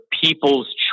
people's